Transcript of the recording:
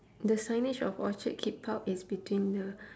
the signage of orchard keep out is between the